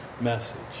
message